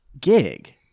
gig